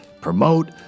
promote